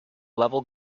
level